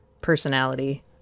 personality